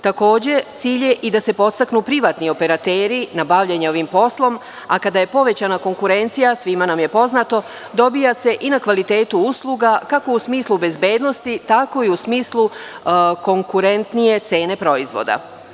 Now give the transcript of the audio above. Takođe, cilj je i da se podstaknu privatni operateri na bavljenje ovim poslom, a kada je povećana konkurencija, svima nam je poznato, dobija se i na kvalitetu usluga, kako u smislu bezbednosti, tako i u smislu konkurentnije cene proizvoda.